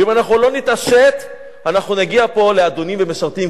ואם אנחנו לא נתעשת אנחנו נגיע פה לאדונים ומשרתים,